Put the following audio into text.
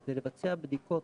זה לבצע בדיקות